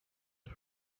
had